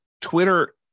Twitter